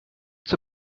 zur